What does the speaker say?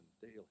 daily